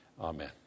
Amen